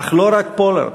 אך לא רק למען פולארד.